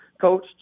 coach